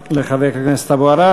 תודה לחבר הכנסת אבו עראר.